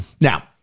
Now